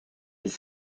les